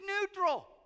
neutral